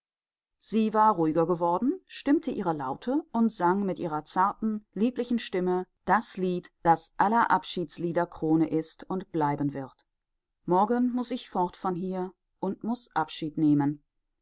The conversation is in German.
sie war ruhiger geworden stimmte ihre laute und sang mit ihrer zarten lieblichen stimme das lied das aller abschiedslieder krone ist und bleiben wird morgen muß ich fort von hier und muß abschied nehmen